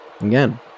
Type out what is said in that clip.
Again